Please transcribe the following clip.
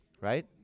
right